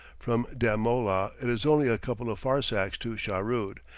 from deh mollah it is only a couple of farsakhs to shahrood,